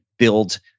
build